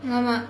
!alamak!